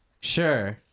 Sure